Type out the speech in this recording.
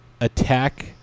attack